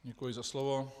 Děkuji za slovo.